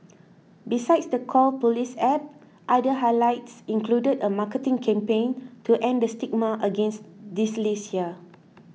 besides the Call Police App other highlights included a marketing campaign to end the stigma against dyslexia